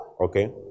Okay